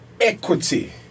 equity